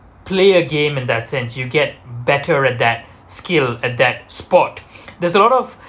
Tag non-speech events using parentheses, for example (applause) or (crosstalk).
play a game and that sense you get better adapt skill adapt sport (breath) there's a lot of